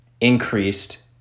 increased